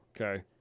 Okay